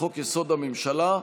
לחוק-יסוד: הממשלה,